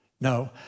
No